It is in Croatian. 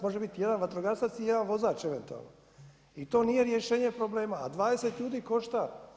Može biti jedan vatrogasac i jedan vozač eventualno i to nije rješenje problema, a 20 ljudi košta.